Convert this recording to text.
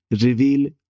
reveal